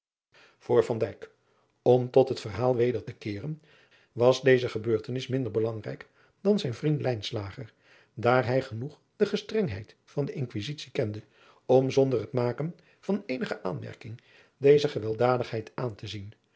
dijk om tot het verhaal weder te keeren was deze gebeurtenis minder belangrijk dan zijn vriend lijnslager daar hij genoeg de gestrengheid van de inquisitie kende om zonder het maken van eenige aanmerking deze gewelddadigheid aan te zien